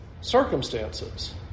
circumstances